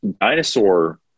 dinosaur